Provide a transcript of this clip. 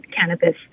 cannabis